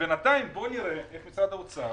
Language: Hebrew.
ובינתיים בוא נראה איך משרד האוצר